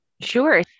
Sure